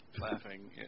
laughing